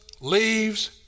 leaves